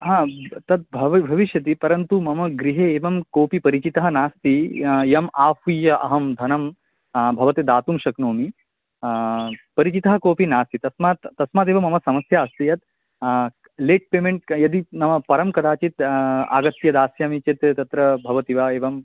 हा तद्भवि भविष्यति परन्तु मम गृहे एवं कोपि परिचितः नास्ति य यं आहूय अहं धनं भवते दातुं शक्नोमि परिचिताः कोपि नास्ति तस्मात् तस्मादेव मम समस्या अस्ति यत् क् लेट् पेमेन्ट् क् यदि न परं कदाचित् आगत्य दास्यामि चेत् तत्र भवति वा एवं